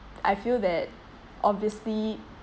I feel that obviously